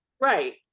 right